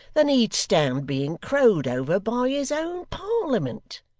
than he'd stand being crowed over by his own parliament